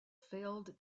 failed